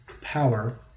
power